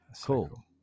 cool